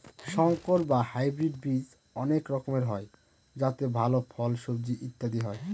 সংকর বা হাইব্রিড বীজ অনেক রকমের হয় যাতে ভাল ফল, সবজি ইত্যাদি হয়